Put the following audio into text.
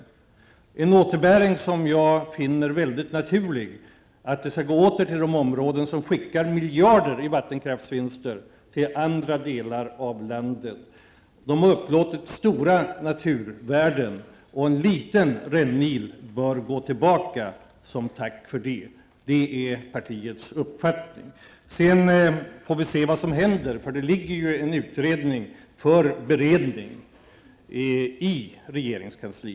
Det är en återbäring som jag finner naturligt skall gå åter till de områden som skickar miljarder i vattenkraftsvinster till andra delar av landet. Dessa områden har upplåtit stora naturvärden, och en liten rännil bör gå tillbaka som tack för det. Det är partiets uppfattning. Vi får nu se vad som händer. Det ligger en utredning för beredning i regeringskansliet.